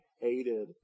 hated